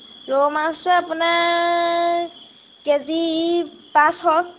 ৰৌ মাছ যে আপোনাৰ কে জি পাঁচশ